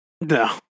No